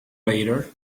later